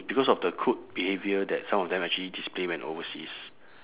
because of the crude behaviour that some of them actually display when overseas